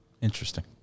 Interesting